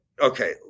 okay